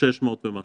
בסך הכול, כ-600.